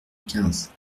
quinze